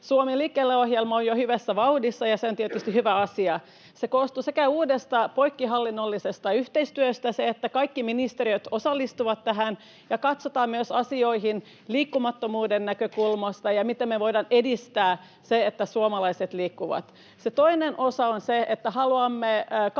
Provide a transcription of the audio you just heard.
Suomi liikkeelle ‑ohjelma on jo hyvässä vauhdissa, ja se on tietysti hyvä asia. Se koostuu uudesta poikkihallinnollisesta yhteistyöstä, siis kaikki ministeriöt osallistuvat tähän, ja asioita katsotaan myös liikkumattomuuden näkökulmasta ja siitä, miten me voidaan edistää sitä, että suomalaiset liikkuvat. Toinen osa on se, että haluamme